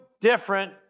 different